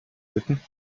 bitten